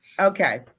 Okay